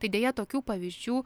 tai deja tokių pavyzdžių